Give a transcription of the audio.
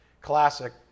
Classic